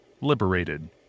liberated